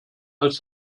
als